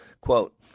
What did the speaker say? Quote